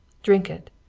drink it.